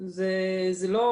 זה לא,